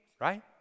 right